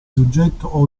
soggetto